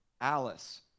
Alice